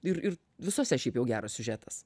ir ir visose šiaip jau geras siužetas